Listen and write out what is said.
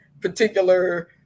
particular